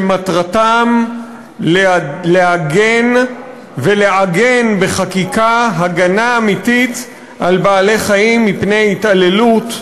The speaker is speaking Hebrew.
שמטרתם להגן ולעגן בחקיקה הגנה אמיתית על בעלי-חיים מפני התעללות,